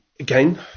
Again